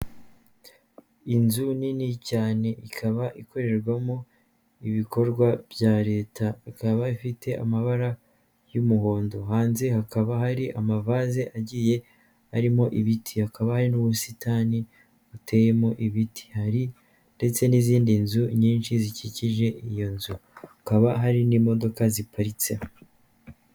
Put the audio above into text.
Inzu nini cyane ikaba ikorerwamo ibikorwa bya Leta, ikaba ifite amabara y'umuhondo, hanze hakaba hari amavaze agiye arimo ibiti, hakaba hari n'ubusitani buteyemo ibiti, hari ndetse n'izindi nzu nyinshi zikikije iyo nzu hakaba hari n'imodoka ziparitsemo.